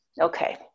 Okay